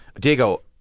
Diego